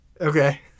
Okay